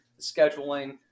scheduling